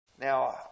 Now